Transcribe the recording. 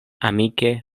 amike